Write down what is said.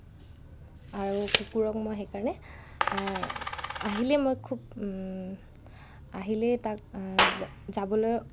আৰু কুকুৰক মই সেইকাৰণে আহিলে মই খুব আহিলেই তাক যা যাবলৈ